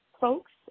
folks